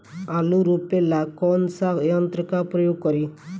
आलू रोपे ला कौन सा यंत्र का प्रयोग करी?